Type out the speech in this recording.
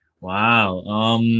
Wow